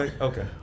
Okay